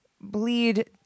bleed